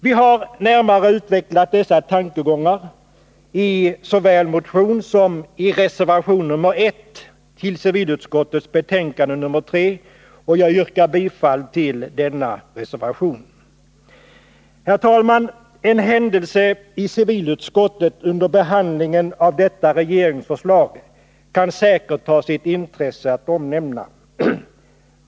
Vi har närmare utvecklat dessa tankegångar såväl i en motion som i reservation nr 1 till civilutskottets betänkande nr 3, och jag yrkar bifall till den reservationen. En händelse i civilutskottet vid behandlingen av detta regeringsförslag kan säkert ha sitt intresse att nämna.